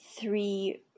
Three